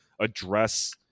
address